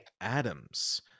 Adams